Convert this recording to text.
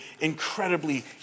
incredibly